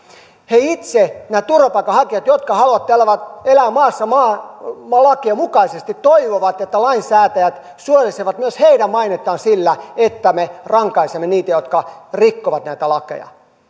he itse nämä turvapaikanhakijat jotka haluavat täällä vain elää maassa maan maan lakien mukaisesti toivovat että lainsäätäjät suojelisivat myös heidän mainettaan sillä että me rankaisemme niitä jotka rikkovat näitä lakeja